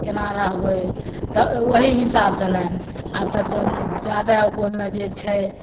केना रहबै तऽ ओहि हिसाब से नहि आब तऽ जादा ओहिमे जे छै